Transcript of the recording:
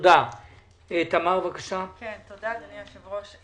תודה אדוני היושב-ראש.